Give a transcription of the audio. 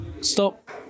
stop